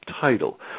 title